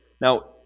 Now